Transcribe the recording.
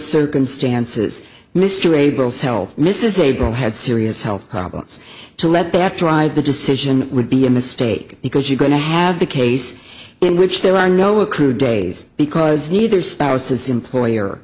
circumstances mr able to help mrs averil had serious health problems to let back drive the decision would be a mistake because you're going to have the case in which there are no accrued days because neither spouse his employer